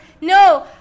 no